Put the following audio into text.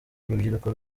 urubyiruko